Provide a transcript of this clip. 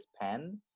pen